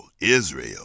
Israel